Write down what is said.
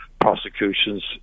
prosecutions